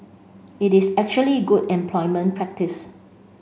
it is actually good employment practice